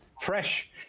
Fresh